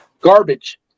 garbage